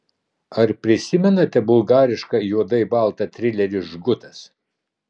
ar prisimenate bulgarišką juodai baltą trilerį žgutas